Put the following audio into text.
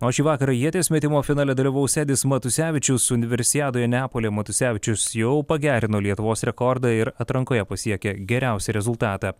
o šį vakarą ieties metimo finale dalyvaus edis matusevičius universiadoje neapolyje matusevičius jau pagerino lietuvos rekordą ir atrankoje pasiekė geriausią rezultatą